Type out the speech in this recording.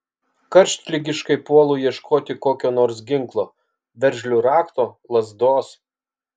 karštligiškai puolu ieškoti kokio nors ginklo veržlių rakto lazdos